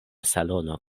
salono